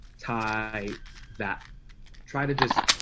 tie that try to just,